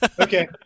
Okay